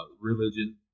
religion